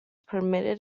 permitted